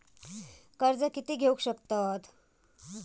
कर्ज कीती घेऊ शकतत?